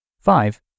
Five